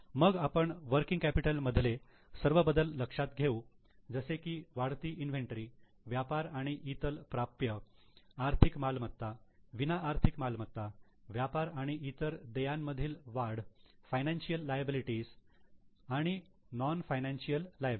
मग आपण working capital मधले सर्व बदल लक्षात घेऊ जसे की वाढती इन्व्हेंटरी व्यापार आणि इतर प्राप्य आर्थिक मालमत्ता विना आर्थिक मालमत्ता व्यापार आणि इतर देयांमधील वाढ फायनान्शियल लायबिलिटी आणि नॉन फायनान्शिअल लायबिलिटी